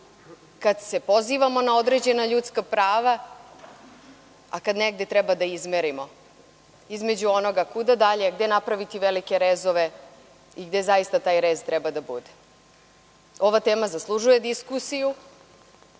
kad se pozivamo na određena ljudska prava, a kad negde treba da izmerimo između onoga kuda dalje, gde napraviti velike rezove i gde zaista taj rez treba da bude. Ova tema zaslužuje diskusiju,